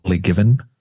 given